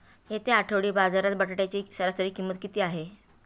येत्या आठवडी बाजारात बटाट्याची सरासरी किंमत किती आहे?